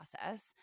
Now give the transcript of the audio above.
process